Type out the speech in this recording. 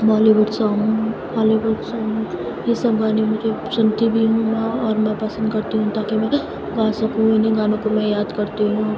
Bali would song Hollywood song یہ سب گانے مجھے سنتی بھی ہوں میں اور میں پسند کرتی ہوں تاکہ میں گا سکوں انہیں گانوں کو میں یاد کرتی ہوں